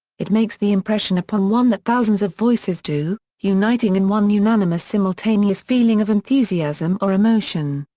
it makes the impression upon one that thousands of voices do, uniting in one unanimous simultaneous feeling of enthusiasm or emotion,